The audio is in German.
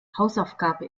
hausaufgabe